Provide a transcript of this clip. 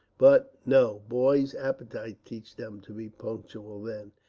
but, no boys' appetites teach them to be punctual then,